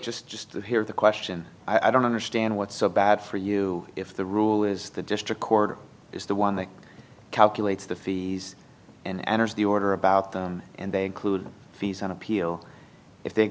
just just to hear the question i don't understand what's so bad for you if the rule is the district court is the one that calculates the fees and enters the order about them and they include fees on appeal if they